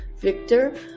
Victor